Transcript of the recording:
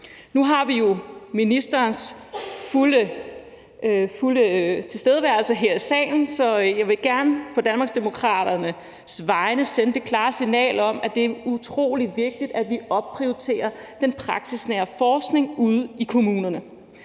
Nu har vi jo ministerens fulde tilstedeværelse her i salen, så jeg vil gerne på Danmarksdemokraternes vegne sende det klare signal, at det er utrolig vigtigt, at vi opprioriterer den praksisnære forskning ude i kommunerne.